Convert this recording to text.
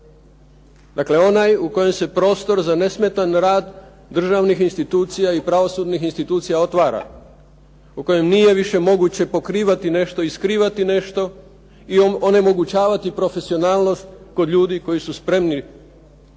Dakle onaj u kojem se prostor za nesmetan rad državnih institucija i pravosudnih institucija otvara. U kojem nije više moguće pokrivati nešto i skrivati nešto i onemogućavati profesionalnost kod ljudi koji su spremni rukovoditi